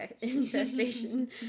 infestation